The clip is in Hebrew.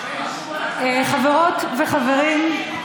חברות וחברים,